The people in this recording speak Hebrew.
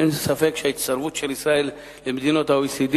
אין ספק שההצטרפות של ישראל למדינות ה-OECD